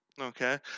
Okay